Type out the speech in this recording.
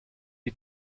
die